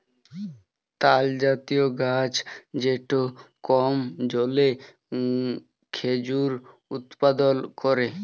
তালজাতীয় গাহাচ যেট কম জলে খেজুর উৎপাদল ক্যরে